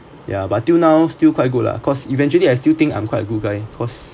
ya but till now still quite good lah cause eventually I still think I'm quite good guy cause